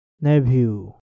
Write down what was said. nephew